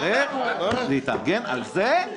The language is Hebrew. להתארגן על זה?